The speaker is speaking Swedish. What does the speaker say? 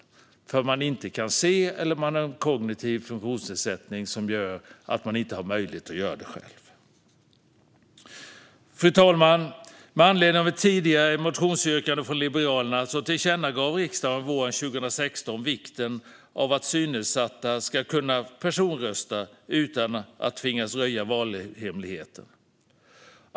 Det kan bero på att man inte kan se eller har en kognitiv funktionsnedsättning som innebär att man inte klarar det själv. Fru talman! Med anledning av ett tidigare motionsyrkande från Liberalerna tillkännagav riksdagen våren 2016 vikten av att synnedsatta ska kunna personrösta utan att tvingas röja valhemligheten.